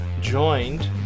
joined